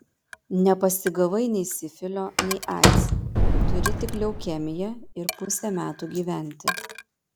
nepasigavai nei sifilio nei aids turi tik leukemiją ir pusę metų gyventi